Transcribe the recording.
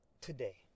today